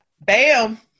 Bam